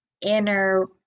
inner